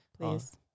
Please